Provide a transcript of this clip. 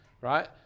right